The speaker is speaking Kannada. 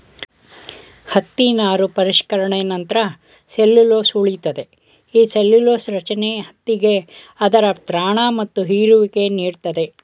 ಹತ್ತಿ ನಾರು ಪರಿಷ್ಕರಣೆ ನಂತ್ರ ಸೆಲ್ಲ್ಯುಲೊಸ್ ಉಳಿತದೆ ಈ ಸೆಲ್ಲ್ಯುಲೊಸ ರಚನೆ ಹತ್ತಿಗೆ ಅದರ ತ್ರಾಣ ಮತ್ತು ಹೀರುವಿಕೆ ನೀಡ್ತದೆ